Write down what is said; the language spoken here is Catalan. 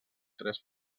tres